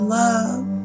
love